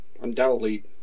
undoubtedly